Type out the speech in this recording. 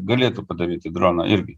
galėtų padaryti droną irgi